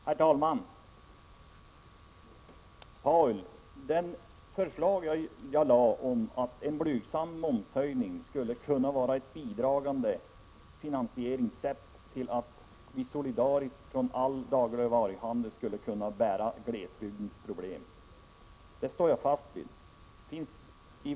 Herr talman! Jag sade, Paul Lestander, att en blygsam momshöjning skulle kunna bidra till finansieringen Hela dagligvaruhandeln skulle solidariskt klara glesbygdens problem. Det står jag fast vid.